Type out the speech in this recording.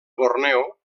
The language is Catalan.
borneo